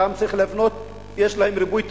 להם צריך לבנות, יש להם ריבוי טבעי,